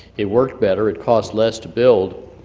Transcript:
it worked better, it cost less to build